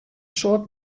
soad